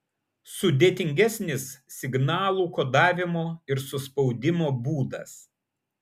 sudėtingesnis signalų kodavimo ir suspaudimo būdas